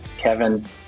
Kevin